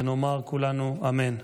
ונאמר כולנו אמן.